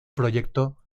proyecto